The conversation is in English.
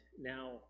now